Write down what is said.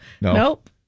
Nope